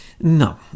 no